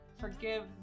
forgive